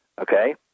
Okay